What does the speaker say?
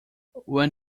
when